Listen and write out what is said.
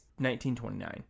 1929